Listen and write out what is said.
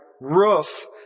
roof